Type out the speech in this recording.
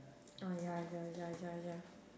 oh ya ya ya ya ya